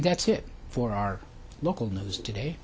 that's it for our local news today